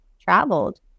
traveled